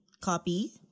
copy